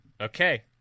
Okay